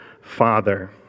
father